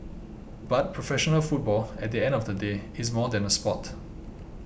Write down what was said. but professional football at the end of the day is more than a sport